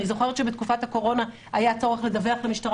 אני זוכרת שבתקופת הקורונה היה צורך לדווח למשטרה